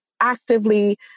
actively